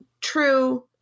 true